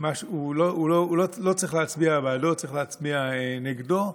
לא צריך להצביע בעדו, צריך להצביע נגדו,